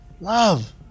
Love